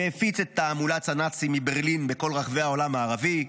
שהפיץ את תעמולת הנאצים מברלין בכל רחבי העולם הערבי,